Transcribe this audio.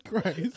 Christ